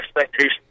expectations